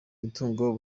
imitungo